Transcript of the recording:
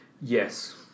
Yes